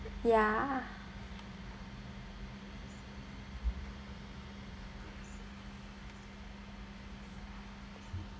ya